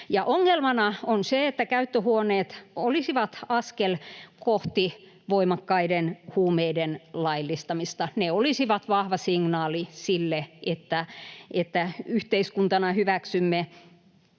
Ongelmana on se, että käyttöhuoneet olisivat askel kohti voimakkaiden huumeiden laillistamista. Ne olisivat vahva signaali sille, että yhteiskuntana hyväksymme